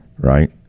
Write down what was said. right